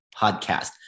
podcast